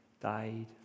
died